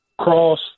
cross